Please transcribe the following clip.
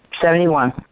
Seventy-one